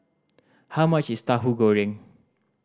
how much is Tauhu Goreng